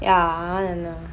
ya I want to know